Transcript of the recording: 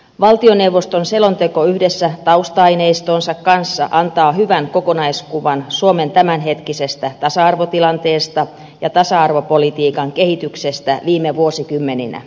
valtioneuvoston selonteko yhdessä tausta aineistonsa kanssa antaa hyvän kokonaiskuvan suomen tämänhetkisestä tasa arvotilanteesta ja tasa arvopolitiikan kehityksestä viime vuosikymmeninä